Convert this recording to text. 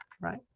right